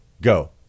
Go